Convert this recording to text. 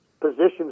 positions